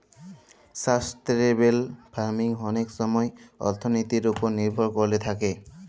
sustainable farming অলেক ছময় অথ্থলিতির উপর লির্ভর ক্যইরে থ্যাকে